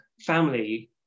family